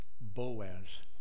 Boaz